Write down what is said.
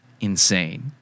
insane